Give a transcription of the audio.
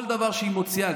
כל דבר שהיא מוציאה,